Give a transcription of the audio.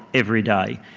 every day.